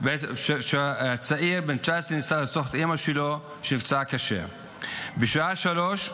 את אימא שלו, שנפצעה קשה, בשעה 03:00,